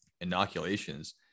inoculations